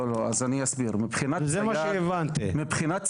זה מה שהבנתי.